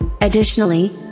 Additionally